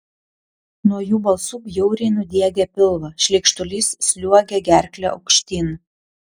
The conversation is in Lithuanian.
nuo jų balsų bjauriai nudiegia pilvą šleikštulys sliuogia gerkle aukštyn